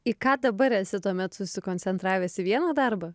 į ką dabar esi tuomet susikoncentravęs į vieną darbą